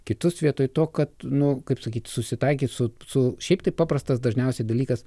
kitus vietoj to kad nu kaip sakyt susitaikyt su su šiaip tai paprastas dažniausiai dalykas